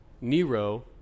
Nero